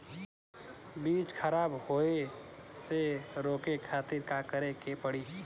बीज खराब होए से रोके खातिर का करे के पड़ी?